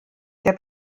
der